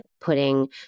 putting